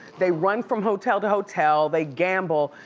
they run from hotel to hotel, they gamble,